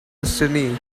destiny